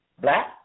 black